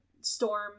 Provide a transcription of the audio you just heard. storm